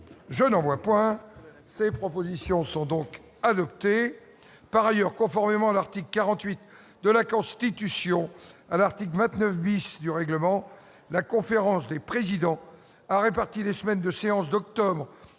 des séances ?... Ces propositions sont adoptées. Par ailleurs, conformément à l'article 48 de la Constitution et à l'article 29 , alinéas 2 et 3, du règlement, la conférence des présidents a réparti les semaines de séance d'octobre